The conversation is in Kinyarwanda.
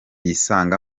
yisanga